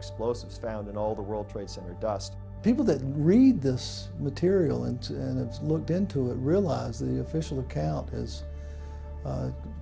explosives found in all the world trade center dust people that read this material and then it's looked into a realize the official lookout has